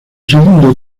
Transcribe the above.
segundo